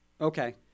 Okay